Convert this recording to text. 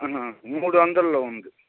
మూడు వందల్లో ఉంది